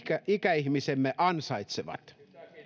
ikäihmisemme ansaitsevat